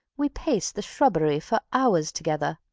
we pace the shrubbery for hours together.